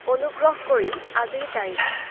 অনুগ্ৰহ কৰি আজিৰ তাৰিখ